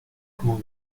como